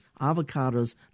Avocados